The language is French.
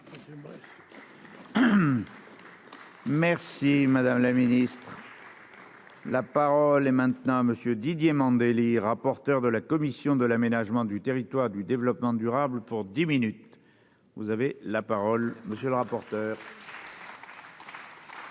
Merci madame la Ministre. La parole est maintenant à monsieur Didier Mandelli, rapporteur de la commission de l'aménagement du territoire, du développement durable pour dix minutes, vous avez la parole monsieur le rapporteur.